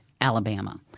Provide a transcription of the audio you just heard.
Alabama